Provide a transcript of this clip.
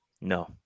no